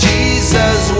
Jesus